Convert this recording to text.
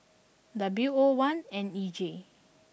W O one N E J